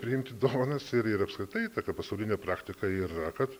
priimti dovanas ir ir apskritai tokia pasaulinė praktika yra kad